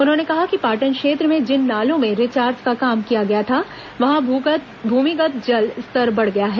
उन्होंने कहा कि पाटन क्षेत्र में जिन नालों में रिचार्ज का काम किया गया था वहां भूमिगत जल स्तर बढ़ गया है